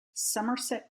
somerset